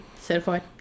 certified